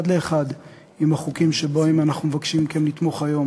לאחד עם החוקים שבהם אנחנו מבקשים מכם לתמוך היום.